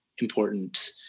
important